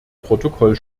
protokoll